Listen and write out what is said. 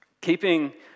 keeping